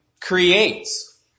creates